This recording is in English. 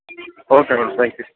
okay madam thank you